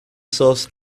source